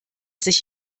sich